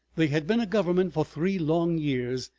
they had been a government for three long years,